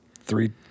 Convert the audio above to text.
three